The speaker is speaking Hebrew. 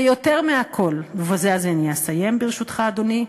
ויותר מכול, ובזה אני אסיים, ברשותך, אדוני,